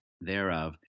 thereof